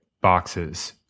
boxes